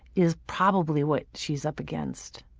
is probably what she's up against.